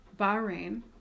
Bahrain